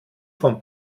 von